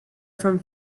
from